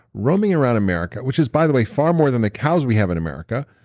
roaming around america, which is by the way, far more than the cows we have in america,